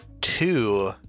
two